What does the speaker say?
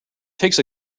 takes